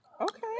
Okay